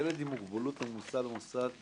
"ילד עם מוגבלות המוסע למוסד חינוך,